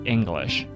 English